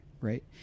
right